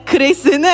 Grace